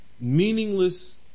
meaningless